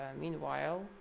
meanwhile